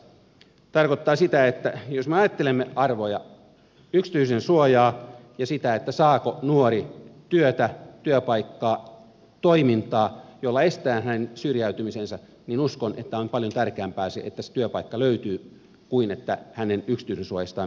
tämä tarkoittaa sitä että uskon että jos me ajattelemme arvoja yksityisyydensuojaa ja sitä saako nuori työtä työpaikkaa toimintaa jolla estetään hänen syrjäytymisensä niin on paljon tärkeämpää se että se työpaikka löytyy kuin että hänen yksityisyydensuojastaan pidetään huolta